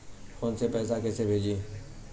Phone से पैसा कैसे भेजी?